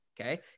Okay